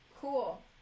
Cool